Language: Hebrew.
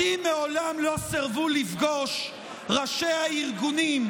אותי מעולם לא סירבו לפגוש ראשי הארגונים,